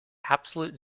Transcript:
absolute